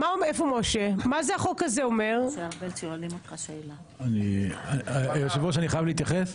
אדוני היושב-ראש, אני חייב להתייחס?